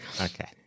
Okay